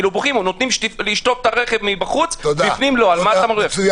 נותנים לשטוף את הרכב מבחוץ, ולא מבפנים.